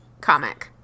comic